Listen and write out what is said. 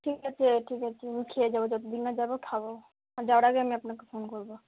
ঠিক আছে ঠিক আছে আমি খেয়ে যাবো যত দিন না যাবো খাবো আর যাওয়ার আগে আমি আপনাকে ফোন করবো